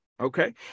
Okay